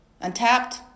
untapped